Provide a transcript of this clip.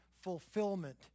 fulfillment